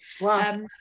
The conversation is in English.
Wow